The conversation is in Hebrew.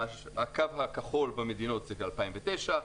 הקו הכחול במדינות זה 2009,